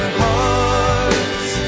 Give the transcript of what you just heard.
hearts